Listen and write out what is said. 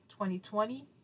2020